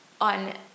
on